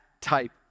type